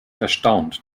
erstaunt